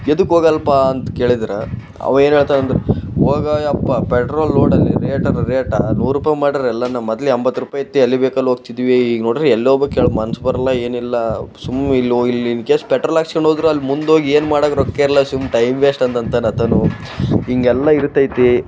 ಯದಕ್ಕೆ ಹೋಗಲ್ಪ ಅಂತ ಕೇಳಿದ್ರೆ ಅವ ಏನು ಹೇಳ್ತಾನಂದ್ರ್ ಹೋಗೋ ಯಪ್ಪ ಪೆಟ್ರೋಲ್ ನೋಡಲ್ಲಿ ರೇಟ್ ಅದು ರೇಟ ನೂರು ರೂಪಾಯಿ ಮಾಡಾರೆ ಎಲ್ಲ ಮೊದ್ಲ್ ಎಂಬತ್ತು ರೂಪಾಯಿ ಇತ್ತು ಎಲ್ಲಿ ಬೇಕಲ್ಲಿ ಹೋಗ್ತಿದ್ವಿ ಈಗ ನೋಡಿದ್ರೆ ಎಲ್ಲಿ ಹೋಬೋಕ್ ಹೇಳ್ ಮನ್ಸು ಬರೋಲ್ಲ ಏನಿಲ್ಲ ಸುಮ್ಮನೆ ಇಲ್ಲಿ ಹೋಗ್ ಇಲ್ಲಿ ಇನ್ ಕೇಸ್ ಪೆಟ್ರೋಲ್ ಹಾಕ್ಸ್ಕ್ಯಂಡ್ ಹೋದ್ರು ಅಲ್ಲಿ ಮುಂದೋಗಿ ಏನು ಮಾಡೋದ್ ರೊಕ್ಕ ಇಲ್ಲ ಸುಮ್ನೆ ಟೈಮ್ ವೇಸ್ಟ್ ಅಂದು ಅಂತಾನೆ ಆತನೂ ಹೀಗೆಲ್ಲ ಇರ್ತೈತಿ